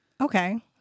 Okay